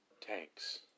tanks